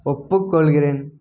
ஒப்புக்கொள்கிறேன்